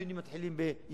הדיונים מתחילים בינואר,